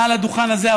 מעל הדוכן הזה,